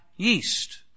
Yeast